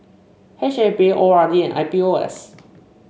H E B O R D and I P O S